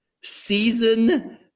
Season